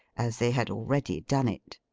as they had already done it.